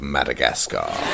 Madagascar